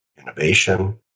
innovation